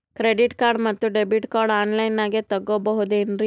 Credit card ಮತ್ತು debit card ಆನ್ ಲೈನಾಗ್ ತಗೋಬಹುದೇನ್ರಿ?